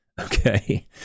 Okay